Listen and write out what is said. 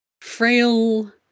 frail